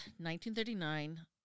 1939